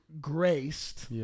graced